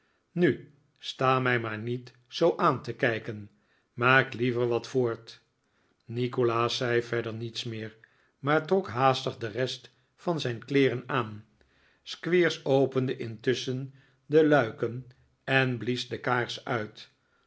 nu sta mij maar niet zoo aan te kijken maak liever wat vobrt nikolaas zei verder niets meer maar trok haastig de rest van zijn kleeren aan squeers opende intusschen de luiken en blies de kaars uit